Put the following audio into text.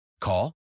Call